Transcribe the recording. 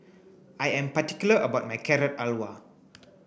I am particular about my Carrot Halwa